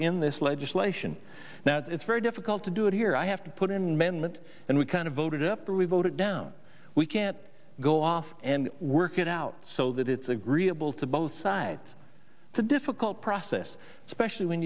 in this legislation that it's very difficult to do it here i have to put in management and we kind of voted after we voted down we can't go off and work it out so that it's agreeable to both sides it's a difficult process especially when